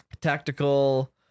Tactical